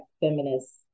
feminist